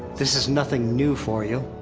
this is nothing new for you.